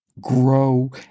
grow